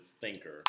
thinker